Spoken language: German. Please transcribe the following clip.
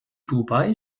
dubai